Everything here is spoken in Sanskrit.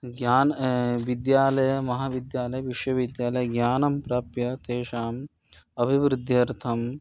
ज्ञानं विद्यालयात् महाविद्यालयात् विश्वविद्यालयात् ज्ञानं प्राप्य तेषाम् अभिवृद्ध्यर्थं